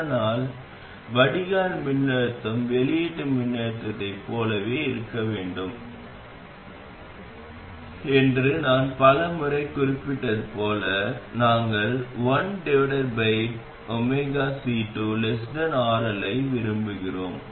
ஆனால் வடிகால் மின்னழுத்தம் வெளியீட்டு மின்னழுத்தத்தைப் போலவே இருக்க வேண்டும் என்று நான் பல முறை குறிப்பிட்டது போல நாங்கள் 1C2RL ஐ விரும்புகிறோம்